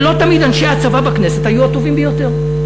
ולא תמיד אנשי הצבא בכנסת היו הטובים ביותר.